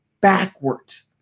backwards